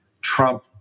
Trump